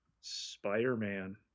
Spider-Man